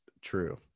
true